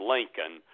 Lincoln